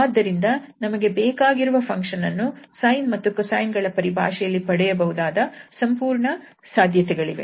ಆದ್ದರಿಂದ ನಮಗೆ ಬೇಕಾಗಿರುವ ಫಂಕ್ಷನ್ ಅನ್ನು sine ಮತ್ತು cosine ಗಳ ಪರಿಭಾಷೆಯಲ್ಲಿ ಪಡೆಯಬಹುದಾದ ಸಂಪೂರ್ಣ ಸಾಧ್ಯತೆಗಳಿವೆ